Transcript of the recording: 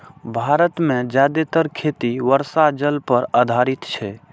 भारत मे जादेतर खेती वर्षा जल पर आधारित छै